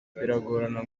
biragorana